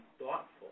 thoughtful